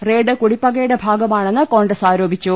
raid കുടിപ്പകയുടെ ഭാഗമാണെന്ന് കോൺഗ്രസ് ആരോപിച്ചു